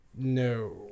No